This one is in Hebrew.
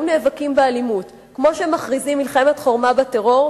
נאבקים באלימות כמו שהם מכריזים מלחמת חורמה בטרור,